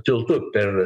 tiltu per